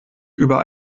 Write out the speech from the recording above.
über